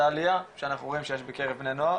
העלייה שאנחנו רואים שיש בקרב בני נוער.